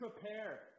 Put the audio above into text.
prepare